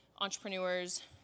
entrepreneurs